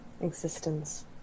...existence